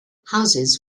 houses